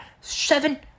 Seven